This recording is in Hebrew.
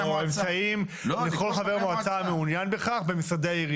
העירייה חדר או אמצעים לכל חבר מועצה המעוניין בכך.